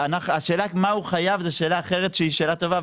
השאלה מה הוא חייב זו שאלה אחרת שהיא שאלה טובה,